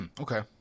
Okay